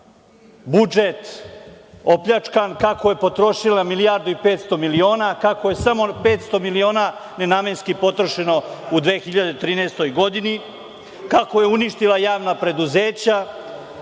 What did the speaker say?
budžet opljačkan, kako je potrošila milijardu i 500 miliona, kako je samo 500 nenamenski potrošeno u 2013. godini, kako je uništila javna preduzeća